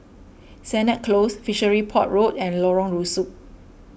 Sennett Close Fishery Port Road and Lorong Rusuk